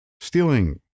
stealing